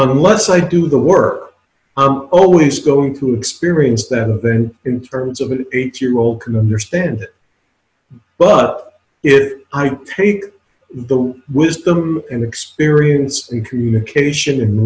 unless i do the work i'm always going to experience them then in terms of an eight year old can understand but if i take the wisdom and experience in communication